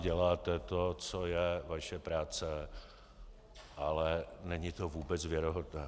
Děláte to, co je vaše práce, ale není to vůbec věrohodné.